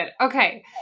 Okay